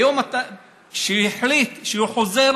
היום, הוא החליט שהוא חוזר